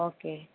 okay